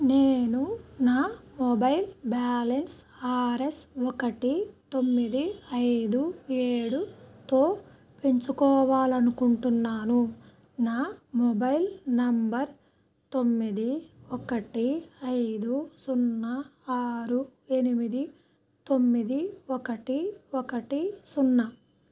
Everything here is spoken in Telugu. నేను నా మొబైల్ బ్యాలెన్స్ ఆర్ ఎస్ ఒకటి తొమ్మిది ఐదు ఏడుతో పెంచుకోవాలి అనుకుంటున్నాను నా మొబైల్ నెంబర్ తొమ్మిది ఒకటి ఐదు సున్నా ఆరు ఎనిమిది తొమ్మిది ఒకటి ఒకటి సున్నా